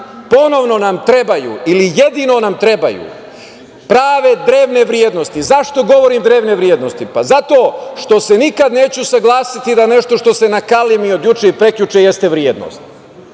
ponovno nam trebaju ili jedino nam trebaju prave drevne vrednosti. Zašto govorim drevne vrednosti? Pa, zato što se nikad neću usaglasiti da nešto što se nakalemi od juče i prekjuče jeste vrednost.